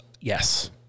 Yes